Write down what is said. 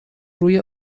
روی